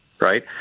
right